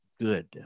good